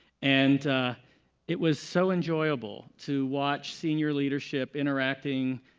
and it was so enjoyable to watch senior leadership interacting